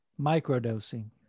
Microdosing